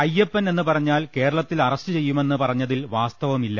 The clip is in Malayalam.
അയ്യപ്പൻ എന്ന് പറഞ്ഞാൽ കേരളത്തിൽ അറസ്റ്റ് ചെയ്യുമെന്ന് പറഞ്ഞതിൽ വാസ്തവമില്ല